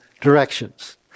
directions